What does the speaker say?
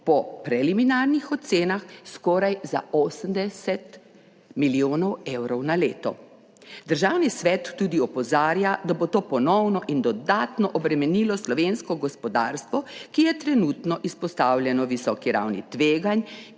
po preliminarnih ocenah skoraj za 80 milijonov evrov na leto. Državni svet tudi opozarja, da bo to ponovno in dodatno obremenilo slovensko gospodarstvo, ki je trenutno izpostavljeno visoki ravni tveganj